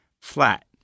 flat